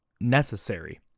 necessary